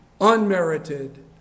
Unmerited